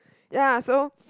ya so